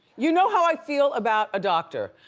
you know how i feel about a doctor.